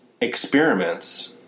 experiments